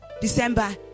December